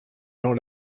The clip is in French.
gens